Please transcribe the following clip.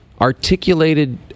articulated